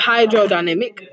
Hydrodynamic